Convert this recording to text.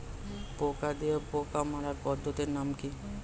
পোকা দিয়ে পোকা মারার পদ্ধতির নাম কি?